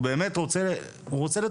הוא באמת רוצה לטובתנו,